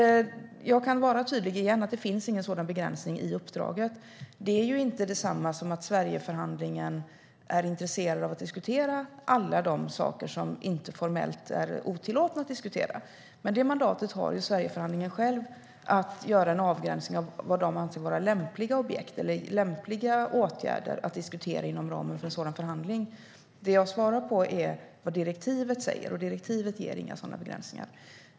Jag kan vara tydlig igen. Det finns ingen sådan begränsning i uppdraget. Det är inte detsamma som att Sverigeförhandlingen är intresserad av att diskutera alla de saker som inte formellt är otillåtna att diskutera. Men Sverigeförhandlingen har mandat att själv göra en avgränsning av vad man anser vara lämpliga objekt eller lämpliga åtgärder att diskutera inom ramen för en sådan förhandling. Det jag svarar på är vad direktivet säger, och direktivet ger inga sådana begränsningar.